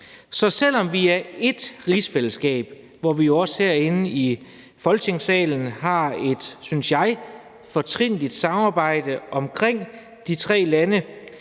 Så selv om vi er ét rigsfællesskab – og vi har jo også herinde i Folketingssalen et, synes jeg, fortrinligt samarbejde om de tre lande